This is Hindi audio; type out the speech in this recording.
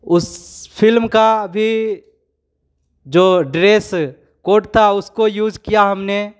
उस फिल्म का भी जो ड्रेस कोड था उसको यूज़ किया हमने